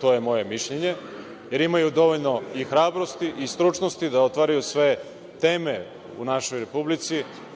to je moje mišljenje, jer imaju dovoljno i hrabrosti i stručnosti da otvaraju sve teme u našoj Republici,